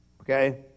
Okay